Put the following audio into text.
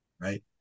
right